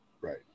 right